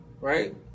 right